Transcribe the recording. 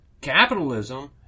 capitalism